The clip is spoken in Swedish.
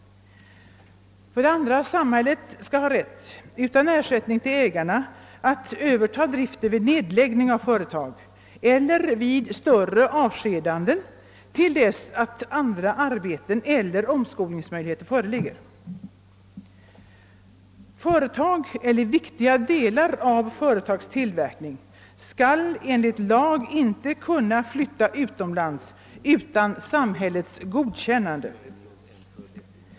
Vidare skall samhället ha rätt att — utan ersättning till ägarna — överta driften vid nedläggning av företag eller vid större avskedanden till dess andra arbeten eller omskolningsmöjligheter föreligger. Företag eller viktiga delar av företags tillverkning skall enligt lag inte kunna flyttas utomlands utan samhällets godkännande.